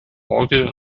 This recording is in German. orgel